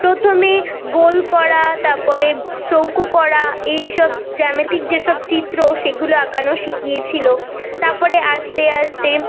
প্রথমে গোল করা তারপরে চৌকো করা এই সব জ্যামেতিক যেসব চিত্রও সেগুলো আঁকানো শিখিয়েছিলো তারপরে আস্তে আস্তে